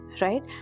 right